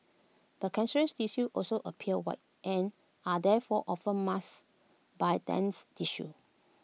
but cancerous tissues also appear white and are therefore often masked by dense tissues